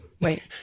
Wait